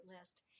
list